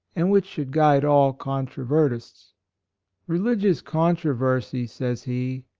and which should guide all contro vertists religious controversies, says he,